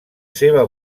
seva